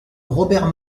robert